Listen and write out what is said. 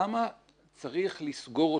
למה צריך לסגור אותו?